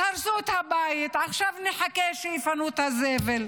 אז הרסו את הבית, עכשיו נחכה שיפנו את הזבל.